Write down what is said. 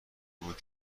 بود